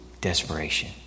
desperation